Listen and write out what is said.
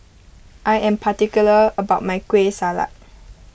I am particular about my Kueh Salat